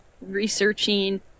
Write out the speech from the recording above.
researching